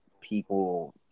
people